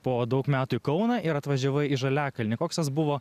po daug metų į kauną ir atvažiavai į žaliakalnį koks tas buvo